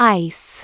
ice